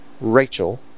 Rachel